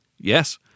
Yes